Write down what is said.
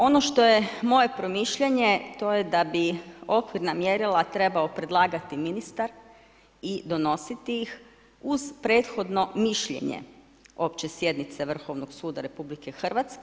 Ono što je moje promišljanje, to je da bi okvirna mjerila trebao predlagati ministar i donositi ih uz prethodno mišljenje opće sjednice Vrhovnog suda RH.